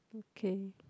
okay